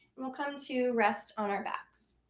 and we'll come to rest on our backs.